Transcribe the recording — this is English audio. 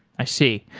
i see.